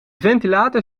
ventilator